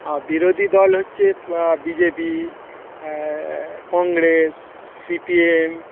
আর বিরোধী দল হচ্ছে BJP Congress C P M